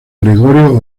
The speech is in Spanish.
gregorio